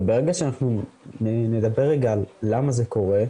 ברגע שאנחנו נדבר רגע על למה זה קורה,